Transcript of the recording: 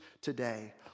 today